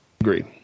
Agreed